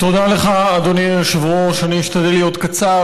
תודה לך, אדוני היושב-ראש, אני אשתדל להיות קצר.